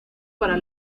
para